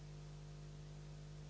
Hvala.